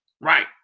right